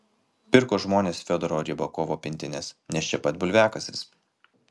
pirko žmonės fiodoro rybakovo pintines nes čia pat bulviakasis